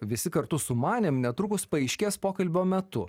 visi kartu sumanėm netrukus paaiškės pokalbio metu